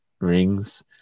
rings